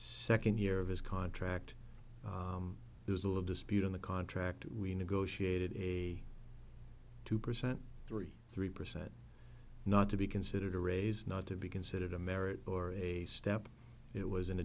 second year of his contract there's a little dispute in the contract we negotiated a two percent three three percent not to be considered a raise not to be considered a merit or a step it was an